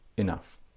Enough